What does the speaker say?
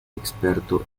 experto